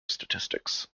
statistics